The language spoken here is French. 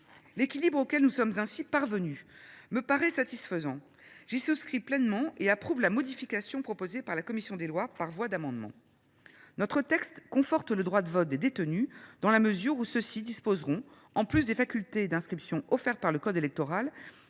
L’équilibre auquel nous sommes parvenus me paraît satisfaisant. J’y souscris pleinement et j’approuve la modification adoptée par la commission des lois. Notre texte conforte le droit de vote des détenus, dans la mesure où ceux ci disposeront, en plus des facultés d’inscription offertes par le code électoral,